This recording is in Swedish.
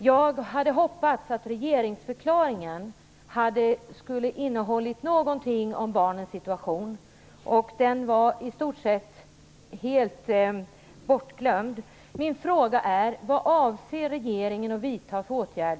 Jag hade hoppats att regeringsförklaringen skulle ha innehållit någonting om barnens situation, men den var i stort sett helt bortglömd.